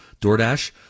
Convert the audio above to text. DoorDash